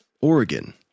Oregon